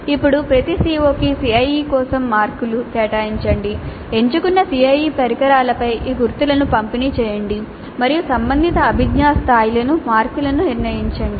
అప్పుడు ప్రతి CO కి CIE కోసం మార్కులు కేటాయించండి ఎంచుకున్న CIE పరికరాలపై ఈ గుర్తులను పంపిణీ చేయండి మరియు సంబంధిత అభిజ్ఞా స్థాయిలకు మార్కులను నిర్ణయించండి